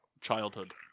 childhood